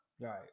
Right